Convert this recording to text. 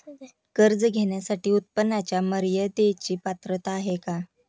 कर्ज घेण्यासाठी उत्पन्नाच्या मर्यदेची पात्रता आहे का?